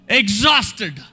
exhausted